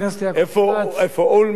איפה אולמרט?